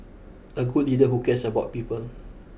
a good leader who cares about people